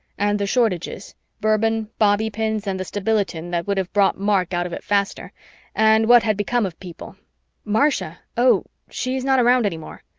and the shortages bourbon, bobby pins, and the stabilitin that would have brought mark out of it faster and what had become of people marcia? oh, she's not around any more,